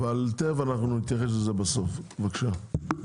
אבל תיכף אנחנו נתייחס לזה בסוף, בבקשה.